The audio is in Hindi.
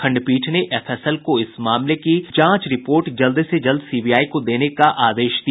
खंडपीठ ने एफएसएल को इस मामले की जांच रिपोर्ट जल्द से जल्द सीबीआई को देने का आदेश दिया